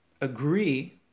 agree